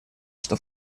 что